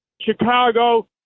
Chicago